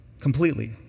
Completely